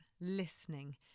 listening